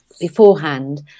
beforehand